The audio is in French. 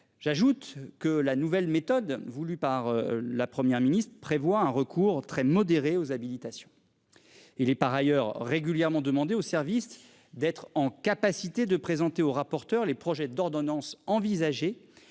J'ajoute que la nouvelle méthode voulue par la Première ministre prévoit un recours très modéré aux habilitations. Il est par ailleurs régulièrement demandé au service d'être en capacité de présenter au rapporteur les projets d'ordonnance envisagé